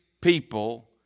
people